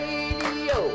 Radio